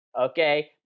Okay